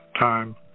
time